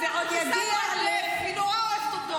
-- ורואה את המראות.